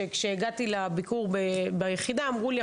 שכשהגעתי לביקור ביחידה אמרו לי,